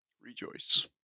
Rejoice